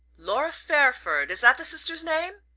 laura fairford is that the sister's name?